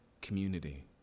community